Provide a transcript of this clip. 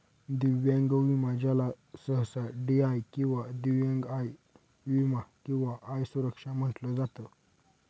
दिव्यांग विमा ज्याला सहसा डी.आय किंवा दिव्यांग आय विमा किंवा आय सुरक्षा म्हटलं जात